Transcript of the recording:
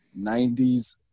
90s